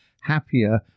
happier